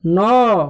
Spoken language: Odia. ନଅ